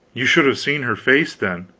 you should have seen her face then!